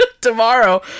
Tomorrow